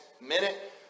minute